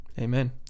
Amen